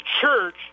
church